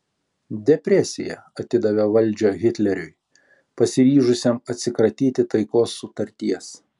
depresija atidavė valdžią hitleriui pasiryžusiam atsikratyti taikos sutarties